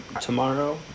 tomorrow